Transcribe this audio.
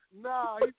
nah